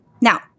now